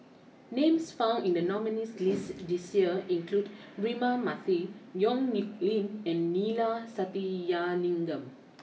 names found in the nominees list this year include Braema Mathi Yong Nyuk Lin and Neila Sathyalingam